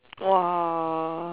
!wah!